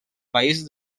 país